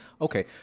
Okay